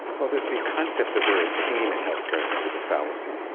well, the the concept that we are a team in healthcare i think is a fallacy.